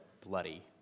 Bloody